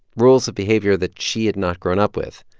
rules of behavior that she had not grown up with.